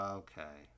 okay